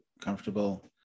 Comfortable